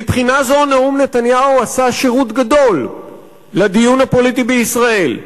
מבחינה זו נאום נתניהו עשה שירות גדול לדיון הפוליטי בישראל.